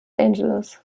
angeles